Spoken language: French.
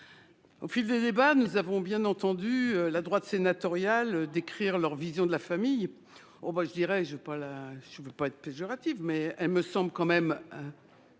Au fil des débats, nous avons entendu la droite sénatoriale décrire sa vision de la famille. Je ne veux pas être péjorative, mais cette vision me semble tout de même